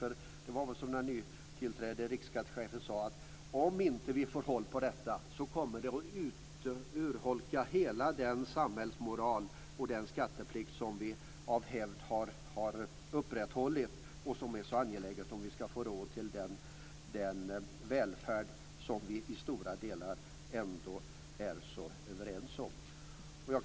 Den nytillträdde chefen för Riksskatteverket har sagt att om vi inte får kontroll över svartjobben kommer de att urholka hela den samhällsmoral och skatteplikt som vi av hävd har upprätthållit och som är så angelägen om vi ska ha råd att behålla den välfärd vi i stora delar ändå är så överens om.